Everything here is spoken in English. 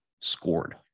scored